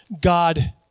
God